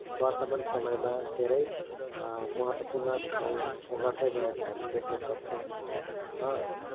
वर्तमान समयमा धेरै महत्त्वपूर्ण ठाउँ ओगट्दैगएका हामी देख्नसक्छौँ